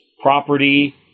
property